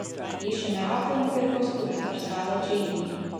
išėmė aplanką ir pastūmė per stalą džeinei